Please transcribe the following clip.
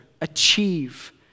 Achieve